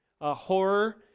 horror